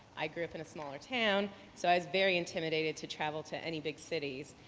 i grew up in a smaller town so i was very intimidated to travel to any big cities,